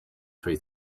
three